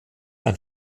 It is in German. ein